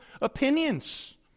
opinions